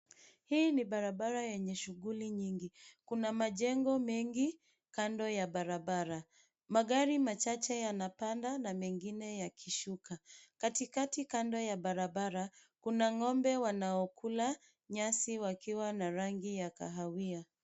Hii ni barabara yenye shughuli nyingi. Kuna majengo mengi kando ya barabara. Magari machache yanapanda na mengine yakishuka. Katikati, kando, ya barabara kuna ng'ombe wanaokula nyasi wakiwa na rangi ya kahawia.